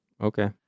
Okay